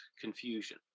confusion